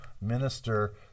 minister